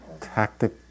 tactic